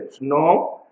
No